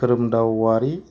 कोरोमदाव अवारि